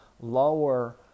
lower